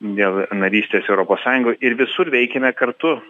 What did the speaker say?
dėl narystės europos sąjungoj ir visur veikiame kartu